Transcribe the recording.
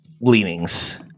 leanings